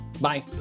Bye